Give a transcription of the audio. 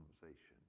conversation